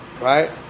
Right